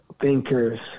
thinkers